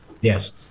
yes